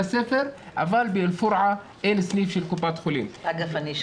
הספר אבל באל פורעה אין סניף של קופת חולים.